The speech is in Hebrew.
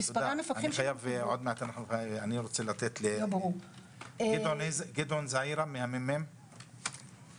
נשמע את גדעון זעירא ממרכז המחקר והמידע של הכנסת,